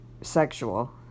sexual